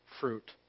fruit